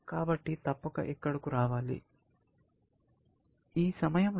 కాబట్టి తప్పక ఇక్కడకు రావాలి